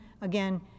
again